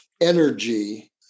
energy